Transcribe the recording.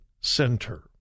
Center